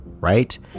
right